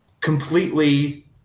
completely